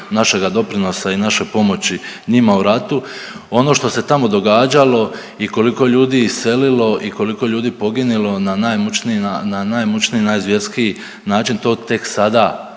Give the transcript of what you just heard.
našega doprinosa i naše pomoći njima u ratu. Ono što se tamo događalo i koliko je ljudi iselilo i koliko je ljudi poginulo na najmučniji, na najmučniji i najzvjerskiji način to tek sada